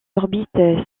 orbites